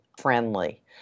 friendly